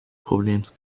problems